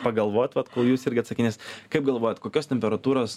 pagalvot vat kol jūs irgi atsakinėsit kaip galvojat kokios temperatūros